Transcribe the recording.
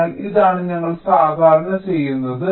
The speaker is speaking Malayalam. അതിനാൽ ഇതാണ് ഞങ്ങൾ സാധാരണ ചെയ്യുന്നത്